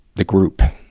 the group.